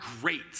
great